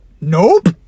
Nope